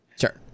Sure